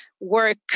work